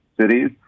cities